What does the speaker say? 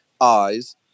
eyes